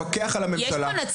לפקח על הממשלה.